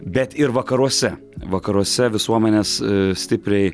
bet ir vakaruose vakaruose visuomenės stipriai